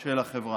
של החברה.